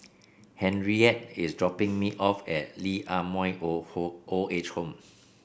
Henriette is dropping me off at Lee Ah Mooi Old Old Age Home